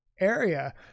area